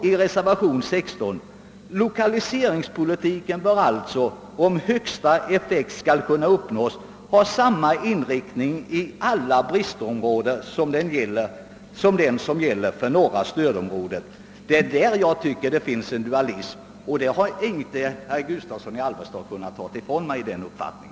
I reservation 16 yttrar de: »Lokaliseringspolitiken bör alltså, om högsta effekt skall kunna uppnås, ha samma inriktning i alla bristområden som den som gäller för norra stödområdet.» Det är på den punkten jag tycker mig finna en dualism. Herr Gustavsson i Al vesta har inte kunnat ta ifrån mig denna uppfattning.